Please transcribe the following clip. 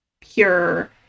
pure